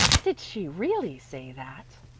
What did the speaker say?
did she really say that?